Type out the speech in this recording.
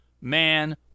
Man